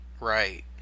Right